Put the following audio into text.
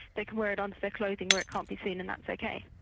they can wear it under their clothing where it can't be seen, and that's ok.